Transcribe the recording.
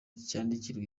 cyandikirwa